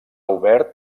obert